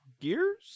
Gears